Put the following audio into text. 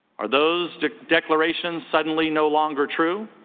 are those declarations suddenly no longer true?